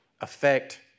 affect